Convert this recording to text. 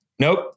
Nope